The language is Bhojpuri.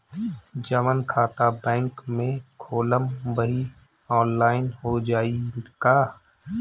जवन खाता बैंक में खोलम वही आनलाइन हो जाई का?